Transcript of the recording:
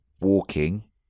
walking